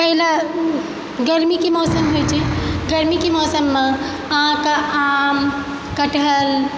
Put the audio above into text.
पहिले गर्मीके मौसम होयत छै गर्मीके मौसममऽ अहाँकऽ आम कठहर